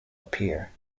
appear